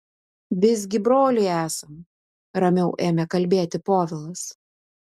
visgi broliai esam ramiau ėmė kalbėti povilas